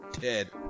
dead